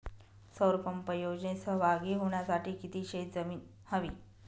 सौर पंप योजनेत सहभागी होण्यासाठी किती शेत जमीन हवी?